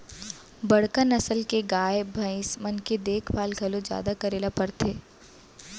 बड़का नसल के गाय, भईंस मन के देखभाल घलौ जादा करे ल परथे